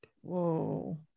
Whoa